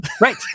right